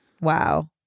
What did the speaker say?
Wow